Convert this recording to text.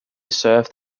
served